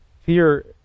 Fear